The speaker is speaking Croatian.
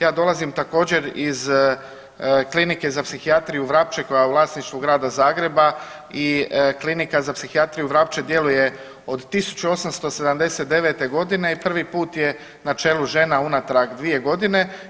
Ja dolazim također iz Klinike za psihijatriju Vrapče koja je u vlasništvu Grada Zagreba i Klinika za psihijatriju Vrapče djeluje od 1879.g. i prvi put je na čelu žena unatrag dvije godine.